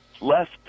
left